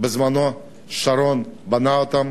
שבנה אותם שרון בזמנו,